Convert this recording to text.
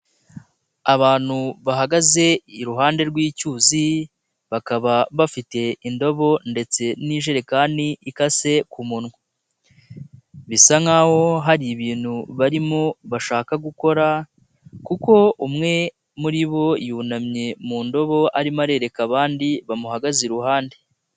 Abantu bahagaze iruhande rw'icyuzi bakaba bafite indobo ndetse n'ijerekani ikase ku munwa bisa nkaho hari ibintu barimo bashaka kuko umwe muri bo yunamye mu ndobo arimo arereka abandi bamuhagaze iruhande.